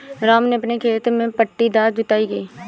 राम ने अपने खेत में पट्टीदार जुताई की